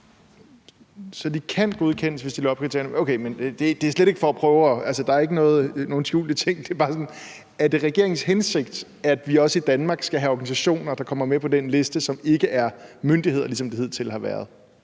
så de kan godkendes, hvis de opfylder kriterierne. Altså, det er ikke for at skjule noget. Mit spørgsmål er bare, om det er regeringens hensigt, at vi også i Danmark skal have organisationer, der kommer med på den liste, og som ikke er myndigheder, som det hidtil har været,